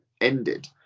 ended